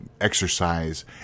exercise